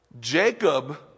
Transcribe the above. Jacob